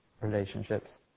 relationships